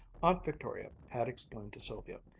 aunt victoria had explained to sylvia,